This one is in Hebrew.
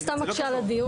זה סתם מקשה על הדיון.